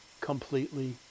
completely